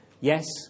Yes